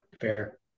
Fair